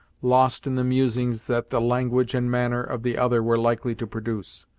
lost in the musings that the language and manner of the other were likely to produce.